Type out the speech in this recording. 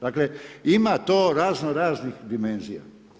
Dakle, ima to razno-raznih dimenzija.